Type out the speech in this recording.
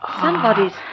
Somebody's